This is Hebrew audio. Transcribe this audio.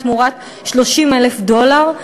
תמורת 30,000 דולר,